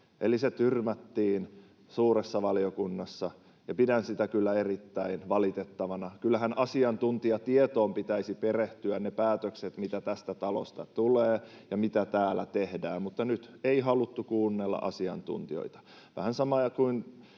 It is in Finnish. Se tyrmättiin suuressa valiokunnassa, ja pidän sitä kyllä erittäin valitettavana. Kyllähän asiantuntijatietoon pitäisi perehtyä niiden päätösten, mitä tästä talosta tulee ja mitä täällä tehdään, mutta nyt ei haluttu kuunnella asiantuntijoita.